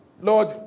Lord